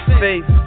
face